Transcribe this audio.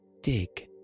Dig